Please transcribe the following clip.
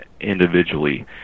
individually